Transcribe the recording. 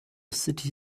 city